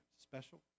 special